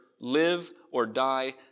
live-or-die